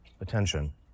attention